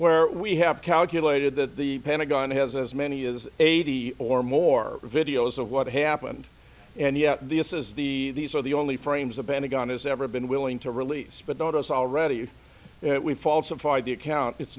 where we have calculated that the pentagon has as many as eighty or more videos of what happened and yet the us is the these are the only frames a band of gun has ever been willing to release but not us already we falsify the account it's